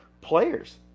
Players